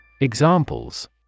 Examples